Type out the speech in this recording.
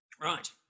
Right